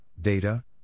data